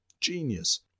Genius